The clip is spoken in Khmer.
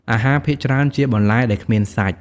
អាហារភាគច្រើនជាបន្លែដែលគ្មានសាច់។